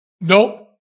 Nope